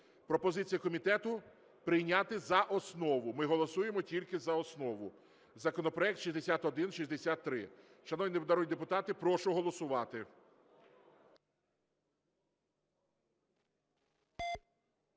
Пропозиція комітету прийняти за основу. Ми голосуємо тільки за основу законопроект 6163. Шановні народні депутати, прошу голосувати.